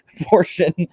portion